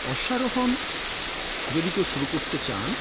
অশ্বারোহণ যদি কেউ শুরু করতে চান